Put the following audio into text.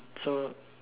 so